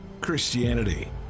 christianity